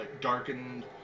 darkened